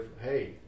hey